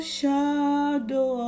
shadow